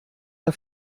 der